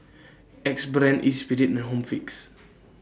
Axe Brand Espirit and Home Fix